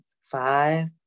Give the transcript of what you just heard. Five